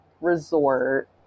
resort